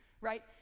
right